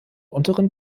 unteren